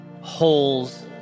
Holes